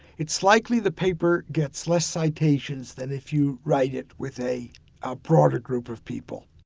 it's likely the paper gets less citations than if you write it with a ah broader group of people